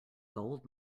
gold